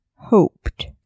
hoped